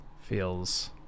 Feels